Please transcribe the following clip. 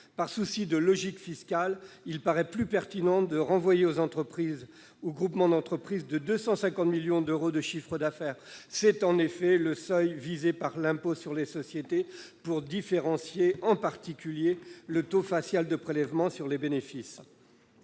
Par souci de logique fiscale, il paraît plus pertinent de renvoyer aux entreprises ou groupes d'entreprises de plus de 250 millions d'euros de chiffre d'affaires. C'est en effet le seuil retenu, au titre de l'impôt sur les sociétés, pour différencier, en particulier, le taux facial de prélèvement sur les bénéfices.